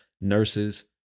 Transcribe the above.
nurses